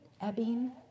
ebbing